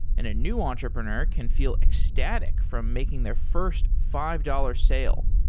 and a new entrepreneur can feel ecstatic from making their first five dollars sale.